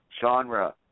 genre